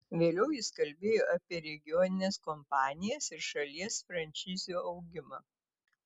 vėliau jis kalbėjo apie regionines kompanijas ir šalies franšizių augimą